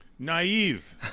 naive